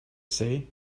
say